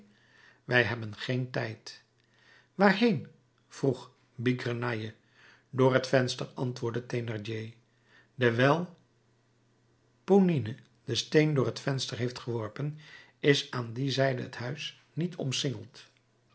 wij hebben geen tijd waarheen vroeg bigrenaille door het venster antwoordde thénardier dewijl ponine den steen door het venster heeft geworpen is aan die zijde het huis niet omsingeld